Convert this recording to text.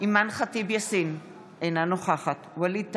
אימאן ח'טיב יאסין, אינה נוכחת ווליד טאהא,